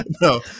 No